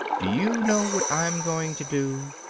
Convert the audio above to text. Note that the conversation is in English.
do you know what i'm going to do?